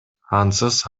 ансыз